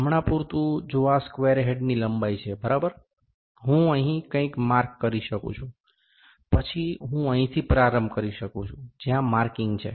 હમણાં પૂરતું જો આ સ્ક્વેર હેડની લંબાઈ છે બરાબર હું અહીં કંઈક માર્ક કરી શકું છું પછી હું અહીંથી પ્રારંભ કરી શકું છું જ્યાં માર્કિંગ છે